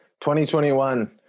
2021